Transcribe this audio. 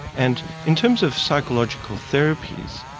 and in terms of psychological therapies,